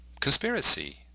conspiracy